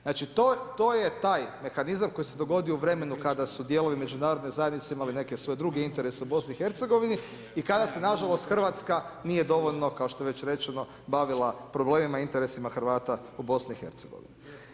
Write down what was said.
Znači to je taj mehanizam koji se dogodio u vremenu kada su dijelovi međunarodne zajednice imali neke svoje druge interese u BiH i kada se nažalost Hrvatska nije dovoljno, kao što je već rečeno, bavila problemima interesima Hrvata u BiH.